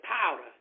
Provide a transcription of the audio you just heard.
powder